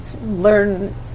learn